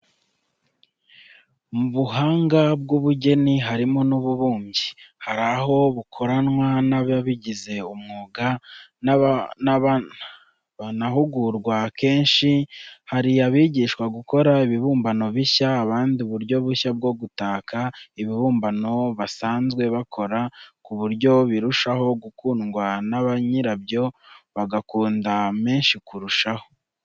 Mu buhanga bw' ubugeni harimo n' ububumbyi; hari aho bukorwa n' ababigize umwuga, banahugurwa kenshi, hari abigishwa gukora ibibumbano bishya, abandi uburyo bushya bwo gutaka, ibibumbano basanzwe bakora ku buryo birushaho gukundwa na ba nyirabyo bakunguka menshi kurushaho.